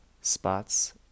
spots